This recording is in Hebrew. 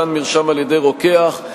מתן מרשם על-ידי רוקח,